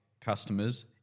customers